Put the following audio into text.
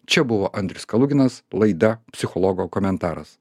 čia buvo andrius kaluginas laida psichologo komentaras